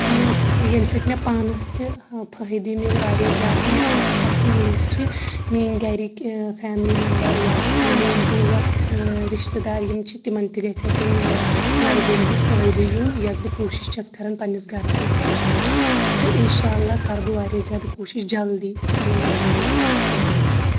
تہٕ ییٚمہِ سۭتۍ مےٚ پانَس تہِ فٲیِدٕ مِلہِ واریاہ زیادٕ تہٕ مےٚ آس پاس یِم لُکھ چھِ میٲنۍ گرِکۍ فیملی میٚمبر یا میٲنۍ دوس رِشتٔدار یِم چھِ یِمن تہِ گژھِ ہا تَمہِ لایبرری ہُنٛد فاہِدٕ یُن یۄس بہٕ کوٗشش چھَس کران پَنٕنِس گرس منٛز بَناونٕچ تہٕ انشاءاللہ کر بہٕ واریاہ زیادٕ کوٗشش جلدی پَنٕنۍ لایبرری یَتھ گرس منٛز بَناونٕچ